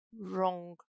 wrong